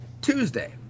Tuesday